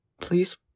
Please